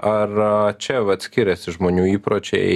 ar čia vat skiriasi žmonių įpročiai